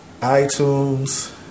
iTunes